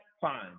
Fine